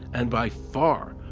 and by far,